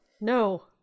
no